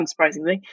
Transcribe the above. unsurprisingly